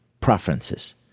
preferences